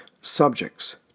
subjects